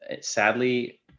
Sadly